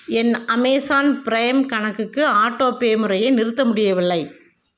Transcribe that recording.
என் Amazon Prime கணக்குக்கு autopay முறையை நிறுத்த முடியவில்லை